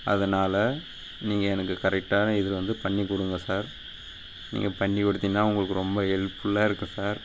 அதனால் நீங்கள் எனக்கு கரெக்டான இது வந்து பண்ணிக் கொடுங்க சார் நீங்கள் பண்ணிக் கொடுத்தீங்கனா உங்களுக்கு ரொம்ப ஹெல்ப்ஃபுல்லாக இருக்கும் சார்